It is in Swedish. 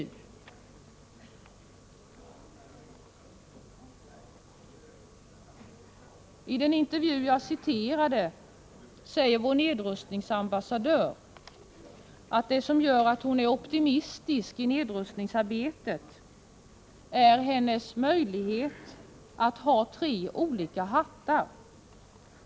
I den intervju som jag citerade säger vår nedrustningsambassadör att det som gör henne optimistisk i nedrustningsarbetet är hennes möjlighet att ha tre hattar.